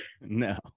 No